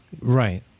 Right